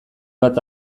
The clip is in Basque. bat